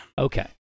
Okay